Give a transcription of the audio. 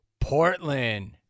Portland